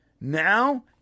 Now